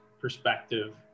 perspective